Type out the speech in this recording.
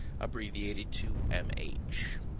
abbreviated to mh.